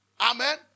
Amen